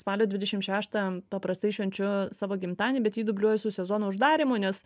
spalio dvidešim šeštą paprastai švenčiu savo gimtadienį bet jį dubliuoju su sezono uždarymu nes